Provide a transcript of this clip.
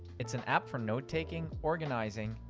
it's an app for note taking, organizing,